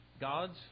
Gods